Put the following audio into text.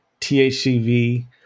THCV